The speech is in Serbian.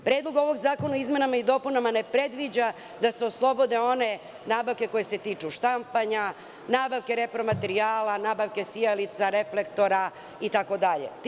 Predlog ovog zakona o izmenama i dopunama ne predviđa da se oslobode one nabavke koje se tiču štampanja, nabavke repromaterijala, nabavke sijalica, reflektora itd.